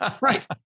Right